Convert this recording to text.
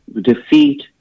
defeat